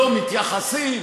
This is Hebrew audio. לא מתייחסים.